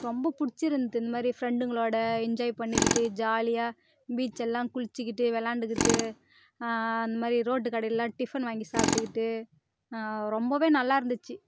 ரொம்ப புடிச்சு இருந்தது இந்தமாரி ஃப்ரெண்டுங்களோடு என்ஜாய் பண்ணிக்கிட்டு ஜாலியாக பீச்செல்லாம் குளிச்சுகிட்டு வெளாண்டுகிட்டு அந்தமாதிரி ரோட்டு கடைலெல்லாம் டிஃபன் வாங்கி சாப்பிடுக்கிட்டு ரொம்பவே நல்லா இருந்துச்சு